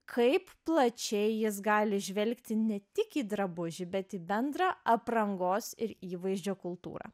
kaip plačiai jis gali žvelgti ne tik į drabužį bet į bendrą aprangos ir įvaizdžio kultūrą